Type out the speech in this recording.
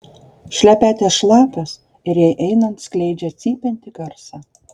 šlepetės šlapios ir jai einant skleidžia cypiantį garsą